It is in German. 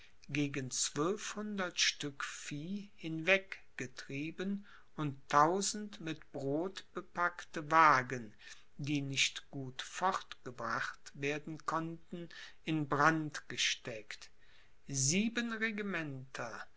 gegen zwölfhundert stück vieh hinweg getrieben und tausend mit brod bepackte wagen die nicht gut fortgebracht werden konnten in brand gesteckt sieben regimenter